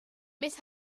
miss